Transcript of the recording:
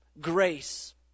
grace